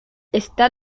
está